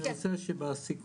אני רוצה שבסיכומים,